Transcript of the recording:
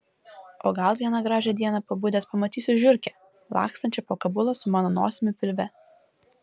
o gal vieną gražią dieną pabudęs pamatysiu žiurkę lakstančią po kabulą su mano nosimi pilve